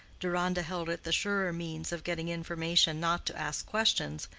deronda held it the surer means of getting information not to ask questions,